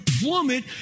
plummet